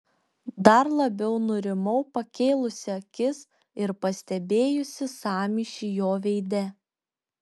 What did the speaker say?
dar labiau nurimau pakėlusi akis ir pastebėjusi sąmyšį jo veide